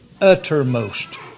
uttermost